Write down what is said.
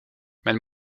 men